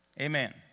Amen